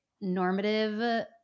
normative